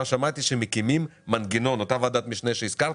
שמעתי שמקימים מנגנון אותה ועדת משנה שהזכרת